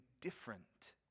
different